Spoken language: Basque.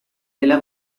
dela